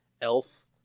Elf